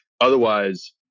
Otherwise